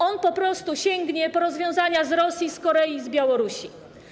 On po prostu sięgnie po rozwiązania z Rosji, Korei i Białorusi.